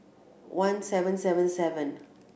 one seven seven seven